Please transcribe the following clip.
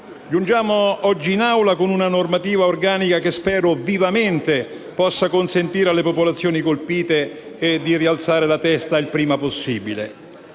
Giungiamo oggi in Assemblea con una normativa organica che spero vivamente possa consentire alle popolazioni colpite di rialzare la testa il prima possibile.